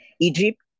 Egypt